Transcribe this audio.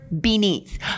beneath